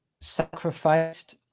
sacrificed